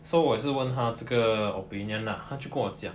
so 我也是问他这个 opinion lah 他就跟我讲